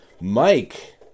Mike